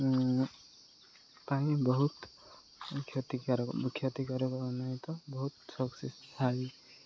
ପାଇଁ ବହୁତ କ୍ଷତିକାରକ କ୍ଷତିକାରକ ଅନିୟମିତ ବହୁତ ସକ୍ସେସ୍